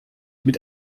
mit